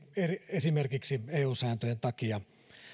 esimerkiksi eu sääntöjen takia